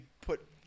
put